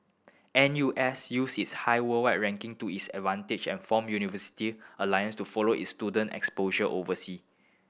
N U S use its high worldwide ranking to its advantage and formed university alliance to follow its student exposure oversea